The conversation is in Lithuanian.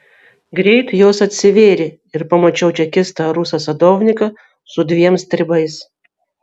greit jos atsivėrė ir pamačiau čekistą rusą sadovniką su dviem stribais